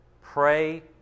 Pray